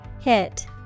hit